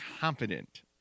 confident